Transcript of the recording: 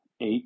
eight